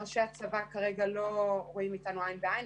ראשי הצבא כרגע לא רואים איתנו עין בעין,